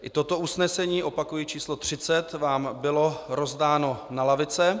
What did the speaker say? I toto usnesení opakuji číslo 30 vám bylo rozdáno na lavice.